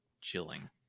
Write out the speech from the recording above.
Chilling